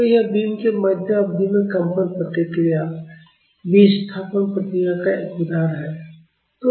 तो यह बीम के मध्य अवधि में कंपन प्रतिक्रिया विस्थापन प्रतिक्रिया का एक उदाहरण है